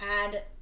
add